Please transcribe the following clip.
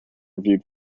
reviewed